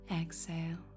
exhale